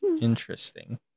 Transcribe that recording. Interesting